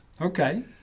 Okay